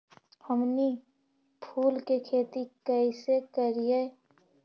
हमनी फूल के खेती काएसे करियय?